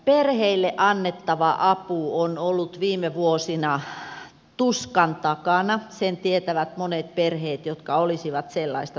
perheille annettava apu on ollut viime vuosina tuskan takana sen tietävät monet perheet jotka olisivat sellaista tarvinneet